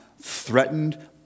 threatened